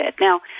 Now